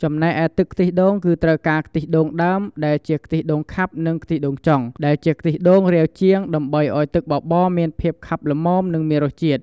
ចំណែកឯទឹកខ្ទិះដូង គឺត្រូវការ ខ្ទិះដូងដើម ដែលជាខ្ទិះដូងខាប់ និងខ្ទិះដូងចុង ដែលជាខ្ទិះដូងរាវជាង ដើម្បីឱ្យទឹកបបរមានភាពខាប់ល្មម និងមានជាតិ។